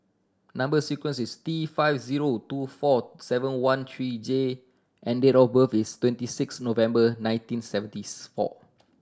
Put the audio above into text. number sequence is T five zero two four seven one three J and date of birth is twenty six November nineteen Seventieth four